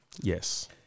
Yes